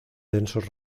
densos